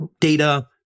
data